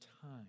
time